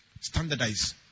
Standardize